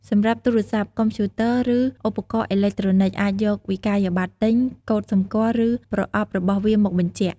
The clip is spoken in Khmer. សម្រាប់ទូរស័ព្ទ កុំព្យូទ័រ ឬឧបករណ៍អេឡិចត្រូនិច អាចយកវិក្កយបត្រទិញ កូដសម្គាល់ ឬប្រអប់របស់វាមកបញ្ជាក់។